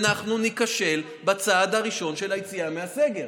ואנחנו ניכשל בצעד הראשון של היציאה מהסגר.